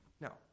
Now